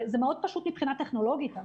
זה מאוד פשוט מבחינה טכנולוגית.